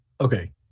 Okay